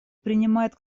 принимает